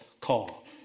call